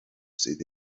sydd